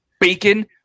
bacon